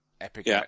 Epic